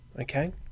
okay